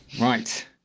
Right